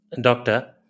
doctor